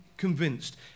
Convinced